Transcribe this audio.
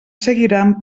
seguiran